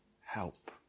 Help